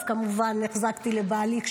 אז כמובן החזקתי לבעלי,